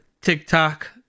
TikTok